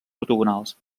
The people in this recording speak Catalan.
ortogonals